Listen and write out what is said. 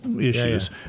issues